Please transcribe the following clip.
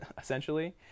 essentially